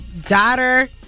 daughter